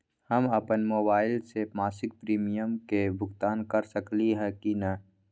हम अपन मोबाइल से मासिक प्रीमियम के भुगतान कर सकली ह की न?